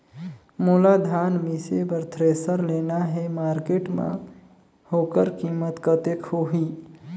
मोला धान मिसे बर थ्रेसर लेना हे मार्केट मां होकर कीमत कतेक होही?